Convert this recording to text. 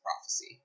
prophecy